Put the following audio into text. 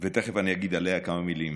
ותכף אני אגיד עליה כמה מילים.